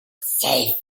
safe